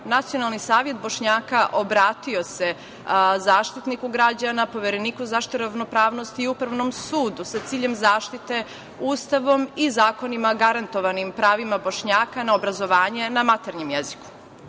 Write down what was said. Nacionalni savet Bošnjaka obratio se Zaštitniku građana, Povereniku za zaštitu ravnopravnosti i Upravnom sudu sa ciljem zaštite Ustavom i zakonima garantovanim pravima Bošnjaka na obrazovanje na maternjem jeziku. Na